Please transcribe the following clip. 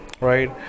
right